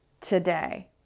today